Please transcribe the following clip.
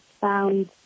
found